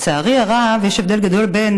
לצערי הרב, יש הבדל גדול בין